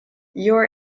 your